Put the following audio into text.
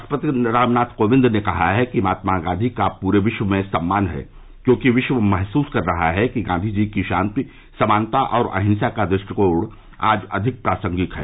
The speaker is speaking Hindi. राष्ट्रपति रामनाथ कोविंद ने कहा है कि महात्मा गांधी का पूरे विश्व में सम्मान है क्योंकि विश्व महसुस कर रहा है कि गांधी जी की शांति समानता और अहिंसा का दृष्टिकोण आज अधिक प्रासंगिक है